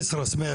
כסרא סמיע,